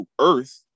earth